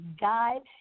guide